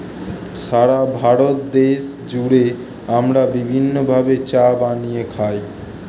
সারা ভারত দেশ জুড়ে আমরা বিভিন্ন ভাবে চা বানিয়ে খাই